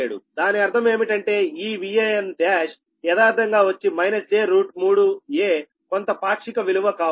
దాని అర్థం ఏమిటి అంటే ఈ Van1 యదార్ధంగా వచ్చి j3 a కొంత పాక్షిక విలువ కావచ్చు